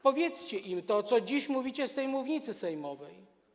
Powiedzcie im to, co dziś mówicie z tej mównicy sejmowej.